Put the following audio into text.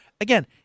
again